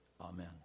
Amen